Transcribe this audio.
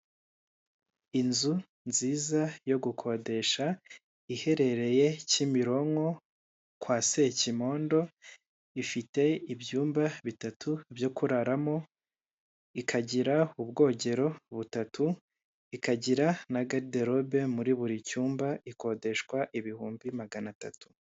Inzu nziza yo gukodesha iherereye kimironko kwa sekimondo ifite ibyumba bitatu byo kuraramo ikajyira ubwogero butatu, ikagira na garidirobe muri buri cyumba ikodeshwa ibihumbi magana tatu.